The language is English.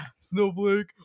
Snowflake